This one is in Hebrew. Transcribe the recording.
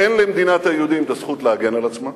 אין למדינת היהודים הזכות להגן על עצמה,